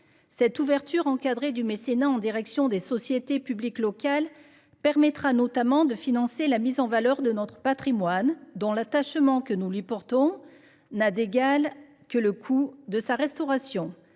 Cette ouverture encadrée du mécénat en faveur des sociétés publiques locales permettra notamment de financer la mise en valeur de notre patrimoine, car l'attachement que nous lui portons n'a d'égal que le coût de sa restauration.